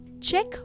check